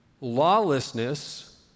Lawlessness